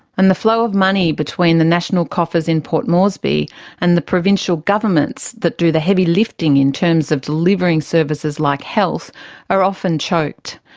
and the flow of money between the national coffers in port moresby and the provincial governments that do the heavy lifting in terms of delivering services like health are often choked.